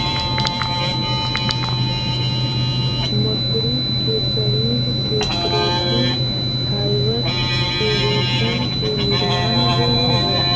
मकड़ी के शरीर के प्रोटीन फाइवर से रेशम के निर्माण होवऽ हई